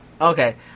Okay